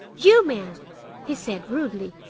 you man he said rudely,